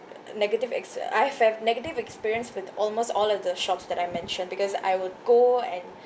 negative ex~ I've had negative experience with almost all of the shops that I mentioned because I will go and